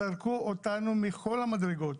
זרקו אותו מכל המדרגות,